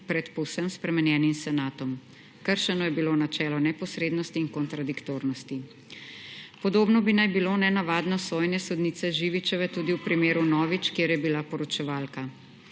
pred povsem spremenjenim senatom. Kršeno je bilo načelo neposrednosti in kontradiktornosti. Podobno bi naj bilo nenavadno sojenje sodnice Živičeve tudi v primeru Novič, kjer je bila poročevalka.